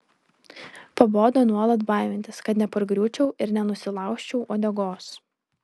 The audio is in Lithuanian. pabodo nuolat baimintis kad nepargriūčiau ir nenusilaužčiau uodegos